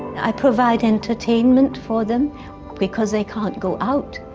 i provide entertainment for them because they can't go out.